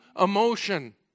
emotion